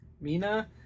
Mina